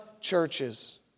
churches